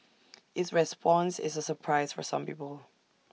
its response is A surprise for some people